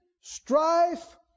strife